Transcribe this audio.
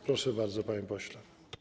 Proszę bardzo, panie pośle.